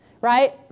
right